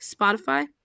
Spotify